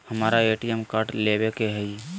हमारा ATM card लेव के हई